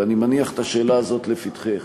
ואני מניח את השאלה הזאת לפתחך,